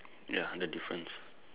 ya the difference